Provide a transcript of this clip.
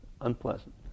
unpleasant